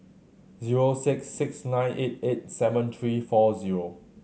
zero six six nine eight eight seven three four zero